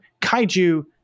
Kaiju